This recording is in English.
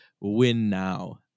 win-now